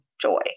joy